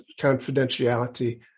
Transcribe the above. confidentiality